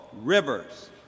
rivers